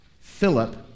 Philip